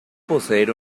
poseer